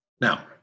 Now